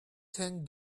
ten